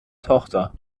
tochter